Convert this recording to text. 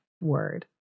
word